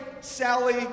Sally